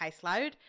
caseload